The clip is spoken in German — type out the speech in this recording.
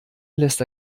lässt